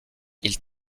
ils